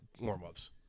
warm-ups